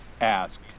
ask